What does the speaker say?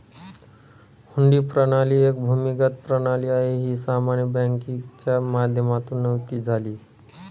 हुंडी प्रणाली एक भूमिगत प्रणाली आहे, ही सामान्य बँकिंगच्या माध्यमातून नव्हती झाली